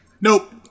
Nope